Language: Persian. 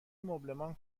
مبلمان